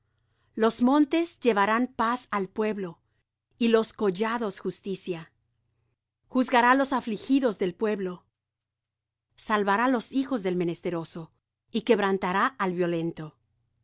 los montes llevarán paz al pueblo y los collados justicia juzgará los afligidos del pueblo salvará los hijos del menesteroso y quebrantará al violento